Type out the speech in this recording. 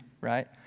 right